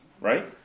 Right